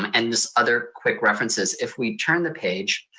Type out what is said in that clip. um and this other quick references. if we turn the page,